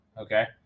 Okay